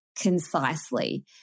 concisely